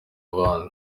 abandi